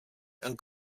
and